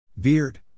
Beard